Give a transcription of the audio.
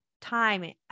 time